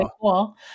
cool